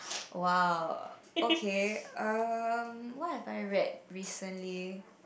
!wow! okay um what have I read recently